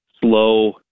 slow